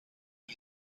een